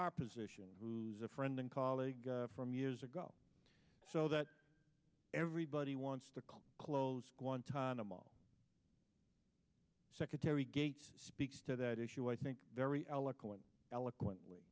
our position who's a friend and colleague from years ago so that everybody wants to come close guantanamo secretary gates speaks to that issue i think very eloquent eloquently